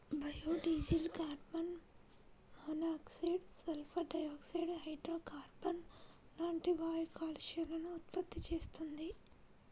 biodiesel carbon monoxide, sulphur dioxide, హైడ్రోకార్బన్లు లాంటి వాయు కాలుష్యాలను ఉత్పత్తి చేస్తుంది